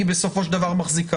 היא בסופו של דבר מחזיקה.